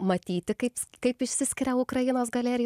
matyti kaip kaip išsiskiria ukrainos galerija